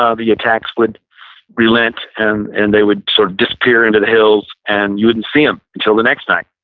ah the attacks would relent and and they would sort of disappear into the hills and you wouldn't see them until the next night.